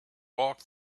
walk